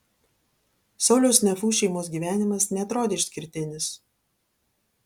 sauliaus nefų šeimos gyvenimas neatrodė išskirtinis